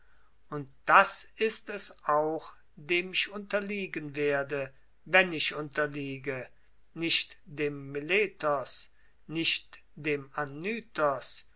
und das ist es auch dem ich unterliegen werde wenn ich unterliege nicht dem meletos nicht dem anytos